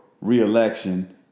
reelection